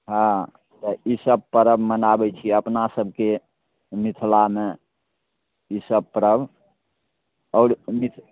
हाँ तऽ ईसब परब मनाबै छिए अपना सभकेँ मिथिलामे ईसब परब आओर मिथ